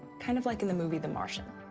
kind of like in the movie the martian.